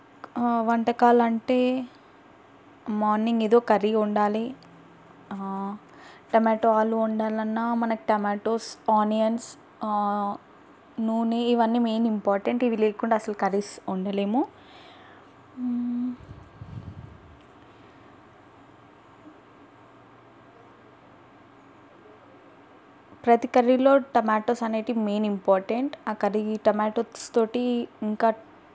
వంటకాలు అంటే మార్నింగ్ ఏదో కర్రీ వండాలి టమాటో ఆలు వండాలన్నా మనకి టమాటోస్ ఆనియన్స్ నూనె ఇవన్నీ మెయిన్ ఇంపార్టెంట్ ఇవి లేకుండా అసలు కర్రీస్ వండలేము ప్రతీ కర్రీలో టమాటోస్ అనేవి మెయిన్ ఇంపార్టెంట్ ఆ కర్రీ టమాటాస్తో ఇంకా